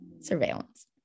surveillance